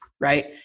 right